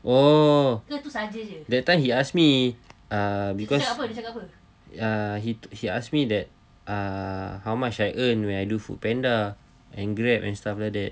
oh that time he ask me err he he asked me that uh how much I earned when I do foodpanda and grab and stuff like that